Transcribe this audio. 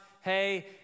hey